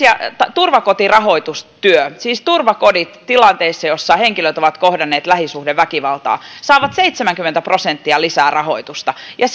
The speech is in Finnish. turvakotirahoitustyö siis turvakodit jotka toimivat tilanteissa joissa henkilöt ovat kohdanneet lähisuhdeväkivaltaa saavat seitsemänkymmentä prosenttia lisää rahoitusta ja